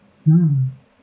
mm